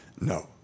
No